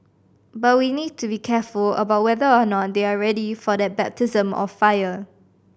but we need to be careful about whether or not they are ready for that baptism of fire